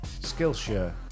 Skillshare